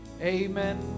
Amen